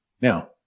Now